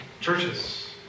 churches